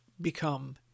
become